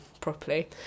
properly